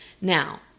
Now